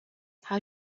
how